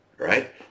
right